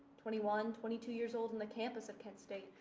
twenty one, twenty two years old in the campus of kent state.